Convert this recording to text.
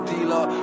Dealer